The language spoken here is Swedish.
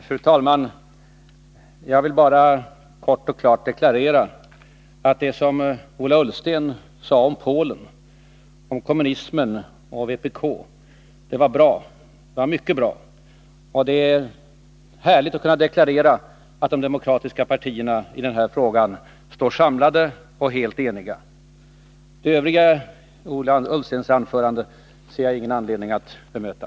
Fru talman! Jag vill bara kort och klart deklarera att det som Ola Ullsten sade om Polen, om kommunismen och vpk var bra, mycket bra. Det är härligt att kunna deklarera att de demokratiska partierna i den här frågan står samlade och helt eniga. Det övriga i Ola Ullstens anförande ser jag ingen anledning att bemöta.